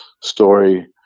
story